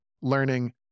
learning